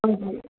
हजुर